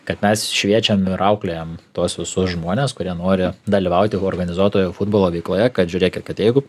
kad mes šviečiam ir auklėjam tuos visus žmones kurie nori dalyvauti organizuotoje futbolo veikloje kad žiūrėkit kad jeigu